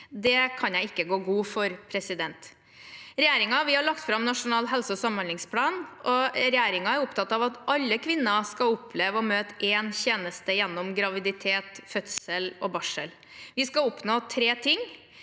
Det kan jeg ikke gå god for. Regjeringen har lagt fram Nasjonal helse- og samhandlingsplan. Regjeringen er opptatt av at alle kvinner skal oppleve å møte én tjeneste gjennom graviditet, fødsel og barsel. Vi skal oppnå tre ting: